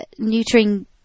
Neutering